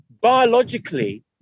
Biologically